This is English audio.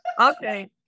Okay